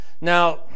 Now